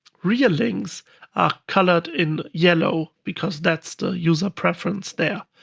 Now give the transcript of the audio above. real links are colored in yellow because that's the user preference there.